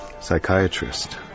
psychiatrist